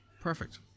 perfect